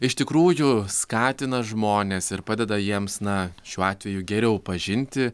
iš tikrųjų skatina žmones ir padeda jiems na šiuo atveju geriau pažinti